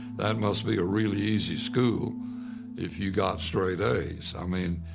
that must be a really easy school if you got straight a's. i mean,